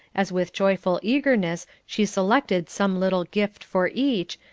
as with joyful eagerness she selected some little gift for each,